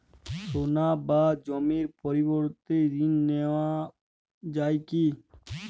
সোনা বা জমির পরিবর্তে ঋণ নেওয়া যায় কী?